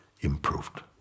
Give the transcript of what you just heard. improved